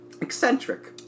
Eccentric